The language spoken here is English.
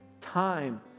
time